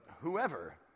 whoever